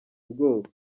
ubwoba